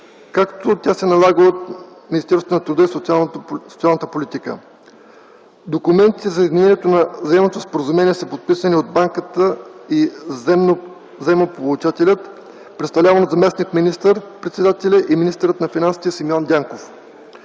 като тя се налага от Министерството на труд а и социалната политика. Документите за изменението на Заемното споразумение са подписани от Банката и Заемополучателят, представляван от заместник министър-председателя и министър на финансите Симеон Дянков.